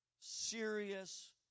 serious